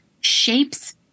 shapes